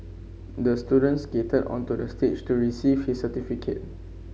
the student skated onto the stage to receive his certificate